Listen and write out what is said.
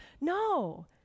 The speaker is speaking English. No